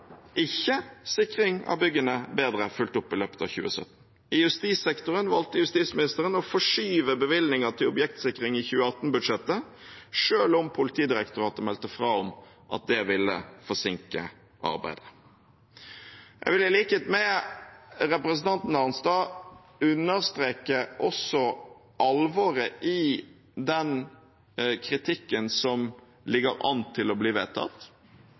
ikke sikring av byggene bedre fulgt opp i løpet av 2017. I justissektoren valgte justisministeren å forskyve bevilgninger til objektsikring i 2018-budsjettet, selv om Politidirektoratet meldte fra om at det ville forsinke arbeidet. Jeg vil i likhet med representanten Arnstad understreke alvoret i den kritikken som ligger an til å bli vedtatt,